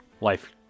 life